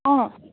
অঁ